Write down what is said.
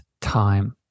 time